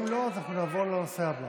אם לא, אז אנחנו נעבור לנושא הבא.